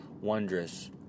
wondrous